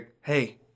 Hey